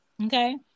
Okay